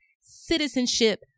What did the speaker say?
citizenship